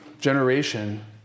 generation